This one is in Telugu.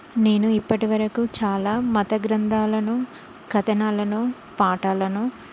నేను ఇప్పటివరకు చాలా మత గ్రంధాలను కథనాలను పాఠాలను